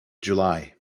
july